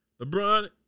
LeBron